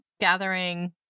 gathering